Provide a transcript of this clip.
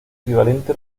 equivalente